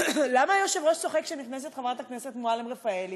למה היושב-ראש צוחק כשנכנסת חברת הכנסת מועלם-רפאלי?